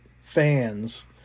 fans